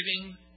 giving